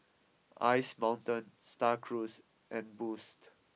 Ice Mountain Star Cruise and Boost